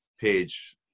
page